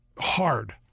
hard